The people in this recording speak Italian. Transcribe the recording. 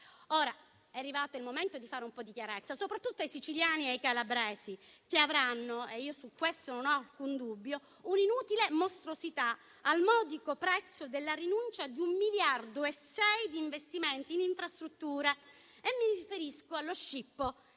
Ora, è arrivato il momento di fare un po' di chiarezza, soprattutto ai siciliani e ai calabresi che avranno - su questo non ho alcun dubbio - un'inutile mostruosità al modico prezzo della rinuncia di 1,6 miliardi di investimenti in infrastrutture. Mi riferisco allo scippo